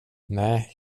nej